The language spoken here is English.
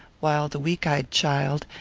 while the weak-eyed child,